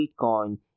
Bitcoin